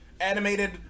animated